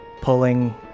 pulling